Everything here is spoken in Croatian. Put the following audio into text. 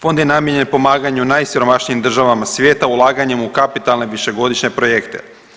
Fond je namijenjen pomaganju najsiromašnijim država svijeta ulaganjem u kapitalne višegodišnje projekte.